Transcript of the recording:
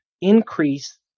increase